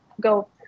go